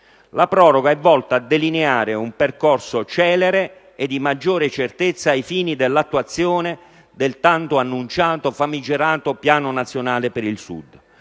La proroga è volta a delineare un percorso celere e di maggiore certezza ai fini dell'attuazione del tanto annunciato, famigerato, Piano nazionale per il Sud.